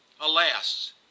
Alas